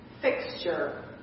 fixture